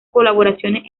colaboraciones